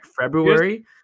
February